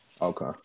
Okay